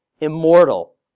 immortal